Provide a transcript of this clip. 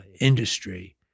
industry